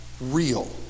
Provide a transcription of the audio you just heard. real